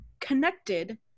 connected